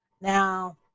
Now